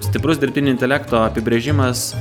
stiprus dirbtinio intelekto apibrėžimas